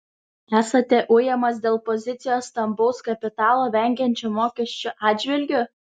esate ujamas dėl pozicijos stambaus kapitalo vengiančio mokesčių atžvilgiu